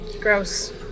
Gross